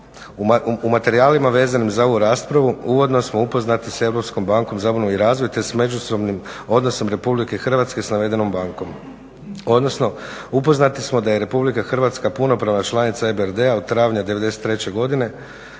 U materijalima vezanim za ovu raspravu uvodno smo upoznati s Europskom bankom za obnovu i razvoju te s međusobnim odnosom Republike Hrvatske s navedenom bankom, odnosno upoznati smo da je Republika Hrvatska punopravna članica EBRD-a od travnja '93. godine